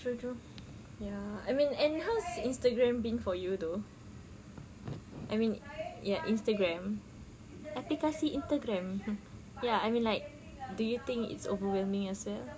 true true ya I mean and how's instagram been for you though I mean ya instagram aplikasi instagram ya I mean like do you think it's overwhelming as well